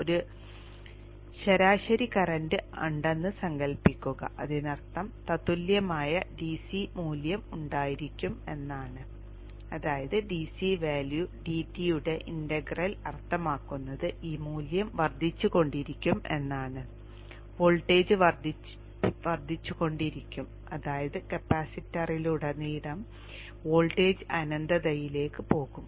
ഒരു ശരാശരി കറന്റ് ഉണ്ടെന്ന് സങ്കൽപ്പിക്കുക അതിനർത്ഥം തത്തുല്യമായ dC മൂല്യം ഉണ്ടായിരിക്കും എന്നാണ് അതായത് dC വാല്യൂ dt യുടെ ഇന്റഗ്രൽ അർത്ഥമാക്കുന്നത് ഈ മൂല്യം വർദ്ധിച്ചുകൊണ്ടിരിക്കും എന്നാണ് വോൾട്ടേജ് വർദ്ധിച്ചുകൊണ്ടിരിക്കും അതായത് കപ്പാസിറ്ററിലുടനീളം വോൾട്ടേജ് അനന്തതയിലേക്ക് പോകും